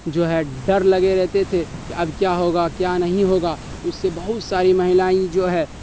جو ہے ڈر لگے رہتے تھے کہ اب کیا ہوگا کیا نہیں ہوگا تو اس سے بہت ساری مہیلائیں جو ہے